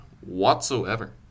whatsoever